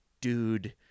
dude